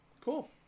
cool